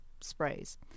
sprays